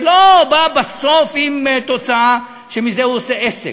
שלא בא בסוף עם תוצאה שמזה הוא עושה עסק,